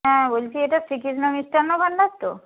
হ্যাঁ বলছি এটা শ্রীকৃষ্ণ মিষ্টান্ন ভাণ্ডার তো